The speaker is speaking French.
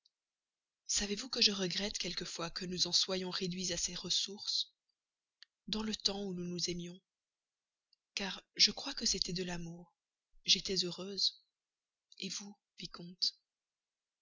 savez-vous que je regrette quelquefois que nous en soyons réduits à ces ressources dans le temps où nous nous aimions car je crois que c'était de l'amour j'étais heureuse vous